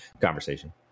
conversation